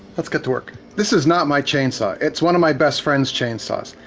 let's get to work. this is not my chainsaw. it's one of my best friends' chainsaws,